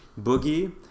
Boogie